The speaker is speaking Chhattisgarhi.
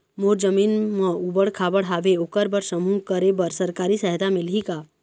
मोर जमीन म ऊबड़ खाबड़ हावे ओकर बर समूह करे बर सरकारी सहायता मिलही का?